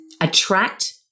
attract